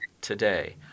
today